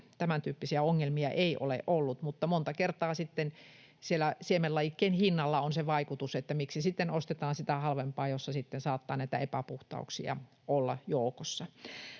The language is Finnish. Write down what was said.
tämäntyyppisiä ongelmia ei ole ollut. Mutta monta kertaa siemenlajikkeen hinnalla on se vaikutus, että miksi sitten ostetaan sitä halvempaa, jossa saattaa epäpuhtauksia olla joukossa.